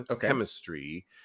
chemistry